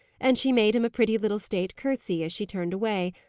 and she made him a pretty little state curtsey as she turned away,